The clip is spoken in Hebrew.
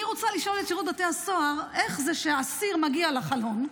אני רוצה לשאול את שירות בתי הסוהר איך זה שהאסיר מגיע לחלון.